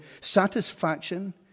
Satisfaction